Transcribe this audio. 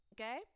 okay